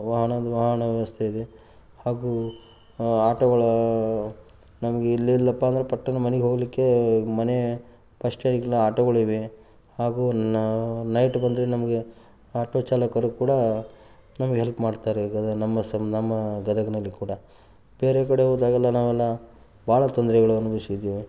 ವಾಹನದ ವಾಹನ ವ್ಯವಸ್ಥೆ ಇದೆ ಹಾಗೂ ಆಟೋಗಳು ನಮಗೆ ಇಲ್ಲೆಲ್ಲಪ್ಪಾ ಅಂದರೆ ಪಟ್ಟನೇ ಮನೆಗೆ ಹೋಗಲಿಕ್ಕೆ ಮನೆ ಆಟೋಗಳಿವೆ ಹಾಗೂ ನೈಟ್ ಬಂದರೆ ನಮಗೆ ಆಟೋ ಚಾಲಕರು ಕೂಡ ನಮ್ಗೆ ಹೆಲ್ಪ್ ಮಾಡ್ತಾರೆ ಗದಗ ನಮ್ಮ ಸಹ ನಮ್ಮ ಗದಗಿನಲ್ಲಿ ಕೂಡ ಬೇರೆ ಕಡೆ ಹೋದಾಗೆಲ್ಲ ನಾವೆಲ್ಲ ಭಾಳ ತೊಂದರೆಗಳು ಅನುಭವಿಸಿದ್ದೀವಿ